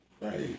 right